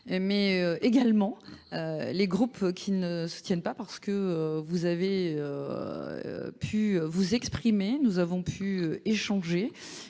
mais également les groupes qui ne soutiennent pas parce que vous avez pu vous exprimer, nous avons pu échanger